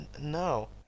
no